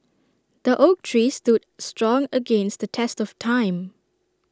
the oak tree stood strong against the test of time